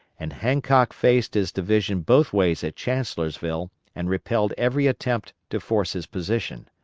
and hancock faced his division both ways at chancellorsville and repelled every attempt to force his position.